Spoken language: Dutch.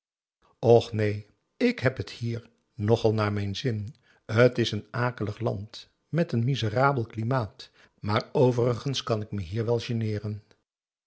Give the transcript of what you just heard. och neen ik heb het hier nogal naar mijn zin t is een akelig land met een miserabel klimaat maar overigens kan ik me hier wel